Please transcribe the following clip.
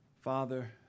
Father